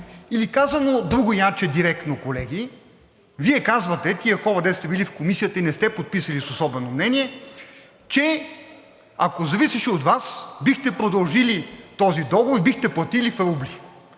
Или, казано другояче, директно, колеги, Вие казвате – тези хора, които сте били в Комисията и не сте подписали с особено мнение, че ако зависеше от Вас, бихте продължили този договор и бихте платили в рубли,